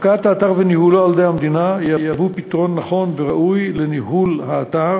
הפקעת האתר וניהולו על-ידי המדינה יהוו פתרון נכון וראוי לניהול האתר,